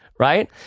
Right